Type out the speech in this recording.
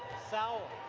so